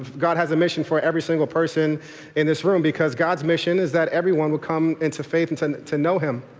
god has a mission for every single person in this room, because god's mission is that everyone would come into faith and to know him.